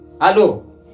Hello